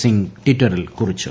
സിംഗ് ട്വിറ്ററിൽ കുറിച്ചു